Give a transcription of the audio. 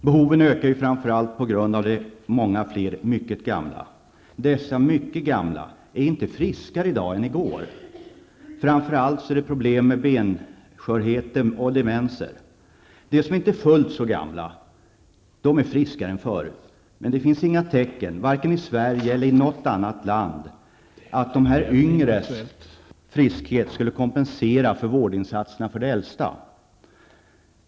Behoven ökar framför allt på grund av de många fler mycket gamla. Dessa mycket gamla är inte friskare i dag än i går. Framför allt finns problem med benskörhet och demenser. De som inte är fullt så gamla är friskare än förr, men det finns inga tecken på, vare sig i Sverige eller i något annat land, att de yngres friskhet skulle kompensera för vårdinsatserna för de äldsta.